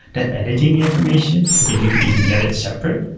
that editing information, if you can even get it separate,